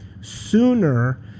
sooner